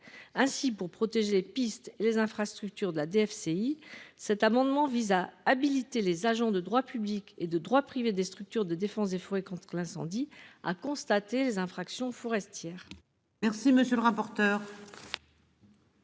ainsi pour protéger les pistes, les infrastructures de la DFCI, cet amendement vise à habiliter les agents de droit public et de droit privé des structures de défense des fois quand l'incendie à constater les infractions forestière.